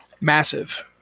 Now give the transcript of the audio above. Massive